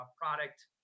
product